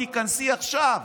תיכנסי עכשיו,